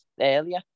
earlier